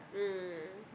ah